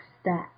step